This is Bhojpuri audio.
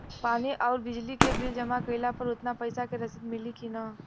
पानी आउरबिजली के बिल जमा कईला पर उतना पईसा के रसिद मिली की न?